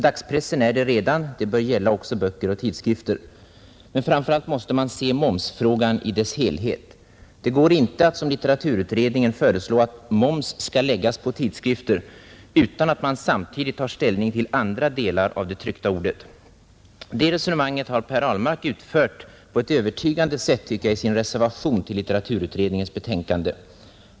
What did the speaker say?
Dagspressen är det redan — det bör gälla också böcker och tidskrifter. Men framför allt måste man se momsfrågan i dess helhet. Det går inte att som litteraturutredningen föreslå att moms skall läggas på tidskrifter utan att man samtidigt tar ställning till andra delar av det tryckta ordet. Det resonemanget har Per Ahlmark utvecklat på ett övertygande sätt i sin reservation till litteraturutredningens betänkande.